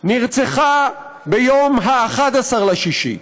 נרצחה ב-11 ביוני,